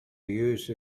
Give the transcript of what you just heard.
use